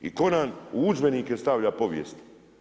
I tko nam u udžbenike stavlja povijest.